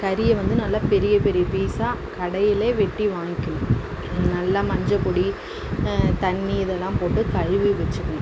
கரியை வந்து நல்லா பெரிய பெரிய பீஸாக கடையிலே வெட்டி வாங்கிக்கணும் நல்லா மஞ்சள் பொடி தண்ணி இதெல்லாம் போட்டு கழுவி வைச்சுக்கணும்